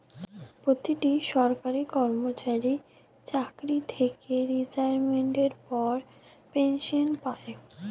প্রতিটি সরকারি কর্মচারী চাকরি থেকে রিটায়ারমেন্টের পর পেনশন পায়